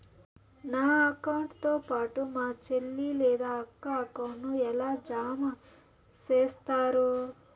నా అకౌంట్ తో పాటు మా చెల్లి లేదా అక్క అకౌంట్ ను ఎలా జామ సేస్తారు?